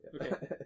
Okay